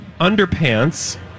underpants